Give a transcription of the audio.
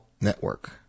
Network